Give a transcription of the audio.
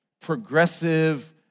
progressive